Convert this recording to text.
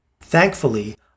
Thankfully